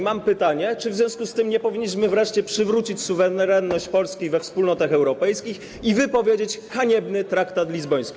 Mam pytanie: Czy w związku z tym nie powinniśmy wreszcie przywrócić suwerenności Polski we Wspólnocie Europejskiej i wypowiedzieć haniebny traktat lizboński?